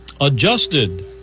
adjusted